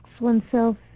oneself